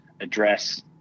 address